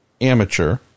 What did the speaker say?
amateur